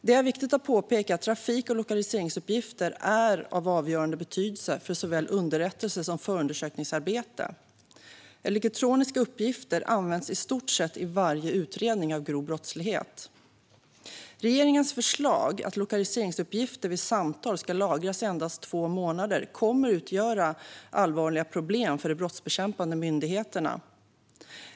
Det är viktigt att påpeka att trafik och lokaliseringsuppgifter är av avgörande betydelse för såväl underrättelse som förundersökningsarbete. Elektroniska uppgifter används i stort sett i varje utredning av grov brottslighet. Regeringens förslag att lokaliseringsuppgifter vid samtal ska lagras i endast två månader kommer att leda till allvarliga problem för de brottsbekämpande myndigheterna.